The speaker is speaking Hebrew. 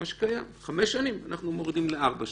5 שנים אנחנו מורידים ל-4 שנים.